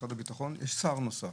ובמשרד הביטחון יש שר נוסף.